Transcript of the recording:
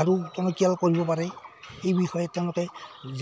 আৰু টনকিয়াল কৰিব পাৰে সেই বিষয়ে তেওঁলোকে